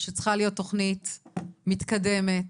שצריכה להיות תכנית מתקדמת,